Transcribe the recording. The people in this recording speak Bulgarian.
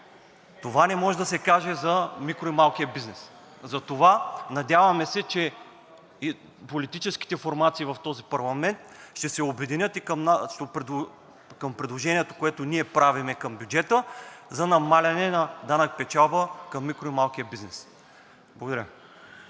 това не може да се каже за микро-и малкия бизнес. Затова се надяваме, че политическите формации в този парламент ще се обединят около предложението, което ние правим към бюджета, за намаляване на данък печалба към микро- и малкия бизнес. Благодаря.